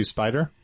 Spider